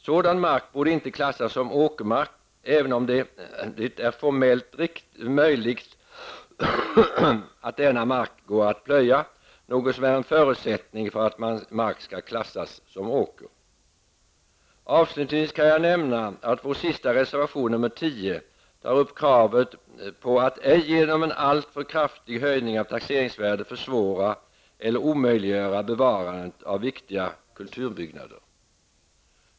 Sådan mark borde inte klassas som åkermark, även om det är formellt riktigt att den går att plöja -- något som är en förutsättning för att mark skall klassas som åker. Avslutningsvis kan jag nämna att vår sista reservation, nr 10, tar upp kravet på att ej genom en alltför kraftig höjning av taxeringsvärdet försvåra eller omöjliggöra bevarande av viktiga kulturbyggnader.